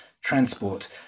transport